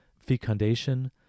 fecundation